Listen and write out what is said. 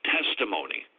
Testimony